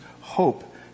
hope